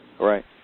Right